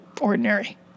ordinary